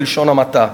בלשון המעטה.